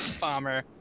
Bomber